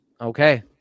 Okay